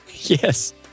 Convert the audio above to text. Yes